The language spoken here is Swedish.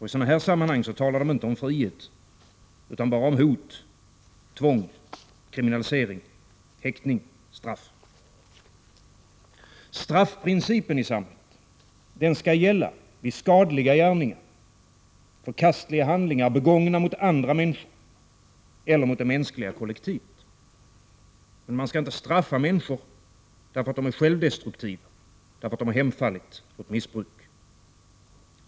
I sådana här sammanhang talar de inte om frihet, utan bara om hot, tvång, kriminalisering, häktning, straff. Straffprincipen i samhället skall gälla vid skadliga gärningar och förkastliga handlingar begångna mot andra människor eller mot det mänskliga kollektivet. Men man skall inte bestraffa människor för att de är självdestruktiva, därför att de hemfallit åt missbruk.